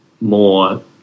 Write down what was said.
more